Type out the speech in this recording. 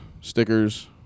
stickers